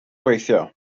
gweithio